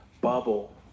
bubble